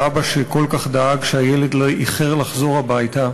ואבא שכל כך דאג כשהילד איחר לחזור הביתה,